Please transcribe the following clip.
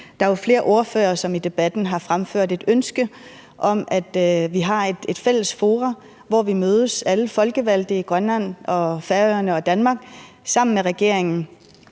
Der er jo flere ordførere, som i debatten har fremført et ønske om, at vi får et fælles forum, hvor alle folkevalgte i Grønland og Færøerne og Danmark mødes sammen med regeringen